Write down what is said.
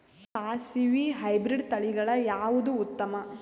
ಸಾಸಿವಿ ಹೈಬ್ರಿಡ್ ತಳಿಗಳ ಯಾವದು ಉತ್ತಮ?